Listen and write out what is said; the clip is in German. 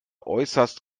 äußerst